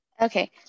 Okay